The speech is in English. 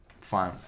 Fine